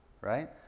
right